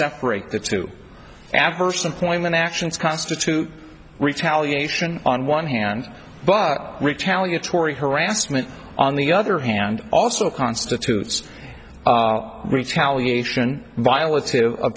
separate the two adverse employment actions constitute retaliation on one hand but retaliatory harassment on the other hand also constitutes retaliation vio